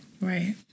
Right